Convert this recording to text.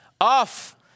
off